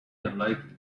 unlikely